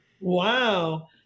Wow